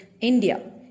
India